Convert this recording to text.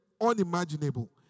unimaginable